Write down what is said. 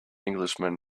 englishman